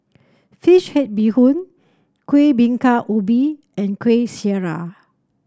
fish head Bee Hoon Kueh Bingka Ubi and Kueh Syara